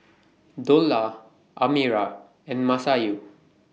Dollah Amirah and Masayu